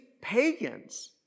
pagans